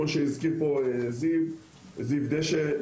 שהזכיר פה זיו דשא,